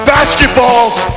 Basketballs